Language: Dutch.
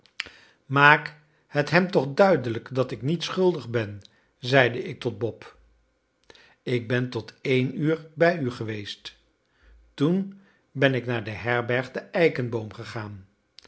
maak het hem toch duidelijk dat ik niet schuldig ben zeide ik tot bob ik ben tot één uur bij u geweest toen ben ik naar de herberg de eikenboom gegaan